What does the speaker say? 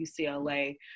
UCLA